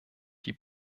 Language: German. die